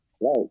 Right